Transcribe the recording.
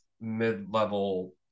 mid-level